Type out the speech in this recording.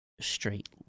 Straight